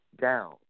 down